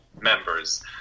members